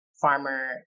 farmer